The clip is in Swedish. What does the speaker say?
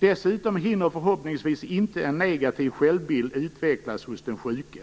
Dessutom hinner förhoppningsvis inte en negativ självbild utvecklas hos den sjuke".